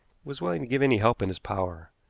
was willing to give any help in his power.